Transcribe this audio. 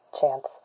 Chance